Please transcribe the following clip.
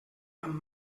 amb